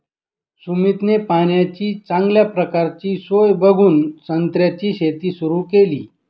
सुमितने पाण्याची चांगल्या प्रकारची सोय बघून संत्र्याची शेती सुरु केली